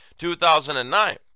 2009